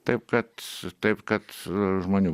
taip kad taip kad žmonių